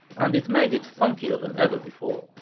and it made it funkier than ever before.